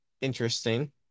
interesting